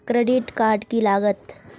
Credit card की लागत?